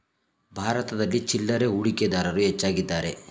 ಭಾರತದಲ್ಲಿ ಚಿಲ್ಲರೆ ಹೂಡಿಕೆದಾರರು ಹೆಚ್ಚಾಗಿದ್ದಾರೆ